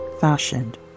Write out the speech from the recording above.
fashioned